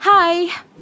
Hi